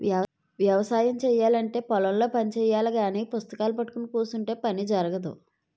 వ్యవసాయము చేయాలంటే పొలం లో పని చెయ్యాలగాని పుస్తకాలూ పట్టుకొని కుసుంటే పని జరగదు